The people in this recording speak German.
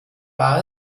war